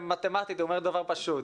מתמטית הוא אומר דבר פשוט.